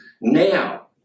now